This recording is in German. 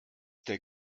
der